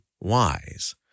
wise